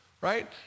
right